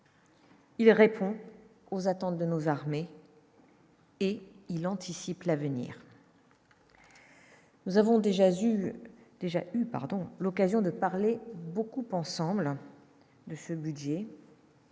Il répond aux attentes de nos armées. Et il anticipe l'avenir. Nous avons déjà vu déjà, pardon, l'occasion de parler beaucoup ensemble de ce budget.